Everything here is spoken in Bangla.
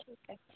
ঠিক আছে